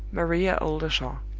maria oldershaw.